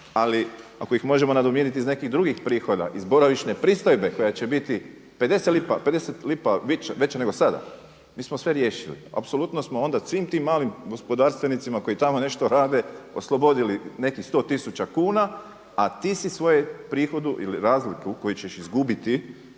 Ali ako ih možemo nadomiriti iz nekih drugih prihoda, iz boravišne pristojbe koja će biti 50 lipa veća nego sada mi smo sve riješili. Apsolutno smo onda svim tim malim gospodarstvenicima koji tamo nešto rade oslobodili nekih 100 tisuća kuna, a ti si svoje prihodu ili razliku koju ćeš izgubiti